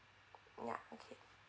yup okay